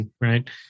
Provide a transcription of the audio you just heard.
right